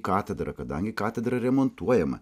katedrą kadangi katedra remontuojama